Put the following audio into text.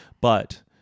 But-